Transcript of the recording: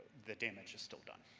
the damage is still done.